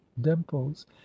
dimples